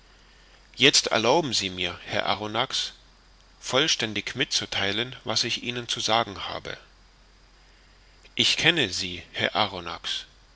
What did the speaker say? jetzt erlauben sie mir herr arronax vollständig mitzutheilen was ich ihnen zu sagen habe ich kenne sie herr